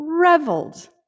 reveled